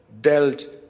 dealt